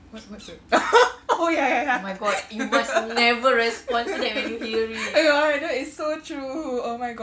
what what's the oh ya ya ya ya I know it's so true oh my god